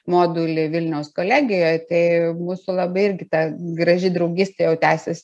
modulį vilniaus kolegijoj tai mūsų labai irgi ta graži draugystė jau tęsias